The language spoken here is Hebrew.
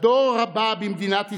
לדור הבא במדינת ישראל,